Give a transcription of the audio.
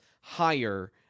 higher